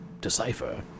decipher